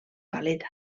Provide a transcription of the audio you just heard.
paleta